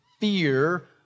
fear